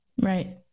right